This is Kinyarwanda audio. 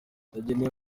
yagenewe